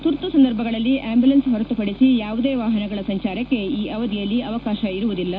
ತುರ್ತು ಸಂದರ್ಭಗಳಲ್ಲಿ ಅಂಬುಲೆನ್ಸ್ ಹೊರತುಪಡಿಸಿ ಯಾವುದೇ ವಾಹನಗಳ ಸಂಚಾರಕ್ಕೆ ಈ ಅವಧಿಯಲ್ಲಿ ಅವಕಾಶ ಇರುವುದಿಲ್ಲ